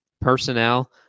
personnel